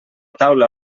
taula